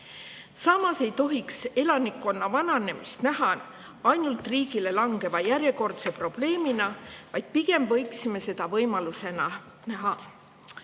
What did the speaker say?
Samas ei tohiks elanikkonna vananemist näha ainult riigile langeva järjekordse probleemina, vaid pigem võiksime näha seda võimalusena.